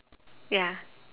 ya